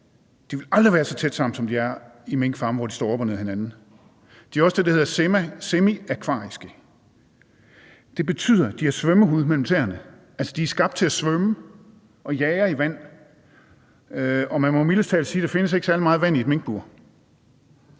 de vil aldrig være så tæt sammen, som de er på minkfarme, hvor de står op og ned ad hinanden. De er også det, der hedder semiakvatiske. Det betyder, at de har svømmehud mellem tæerne. Altså, de er skabt til at svømme og jage i vand, og man må mildest talt sige, at der ikke findes særlig meget vand i et minkbur.